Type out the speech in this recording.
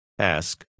Ask